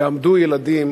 יעמדו ילדים